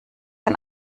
ein